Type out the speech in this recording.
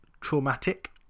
traumatic